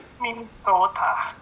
Minnesota